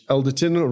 Elderton